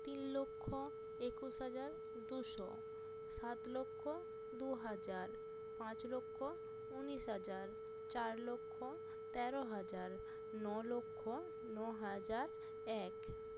তিন লক্ষ একুশ হাজার দুশো সাত লক্ষ দু হাজার পাঁচ লক্ষ উনিশ হাজার চার লক্ষ তেরো হাজার ন লক্ষ ন হাজার এক